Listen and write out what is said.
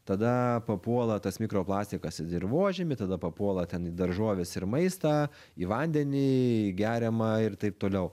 tada papuola tas mikroplastikas į dirvožemį tada papuola ten į daržoves ir maistą į vandenį geriamą ir taip toliau